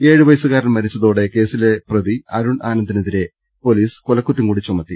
ഏഴുവയസ്സുകാരൻ മരിച്ചതോടെ കേസിലെ പ്രതി അരുൺ ആനന്ദിനെതിരെ പൊലീസ് കൊലക്കുറ്റംകൂടി ചുമത്തി